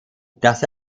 das